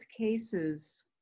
cases